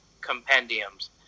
compendiums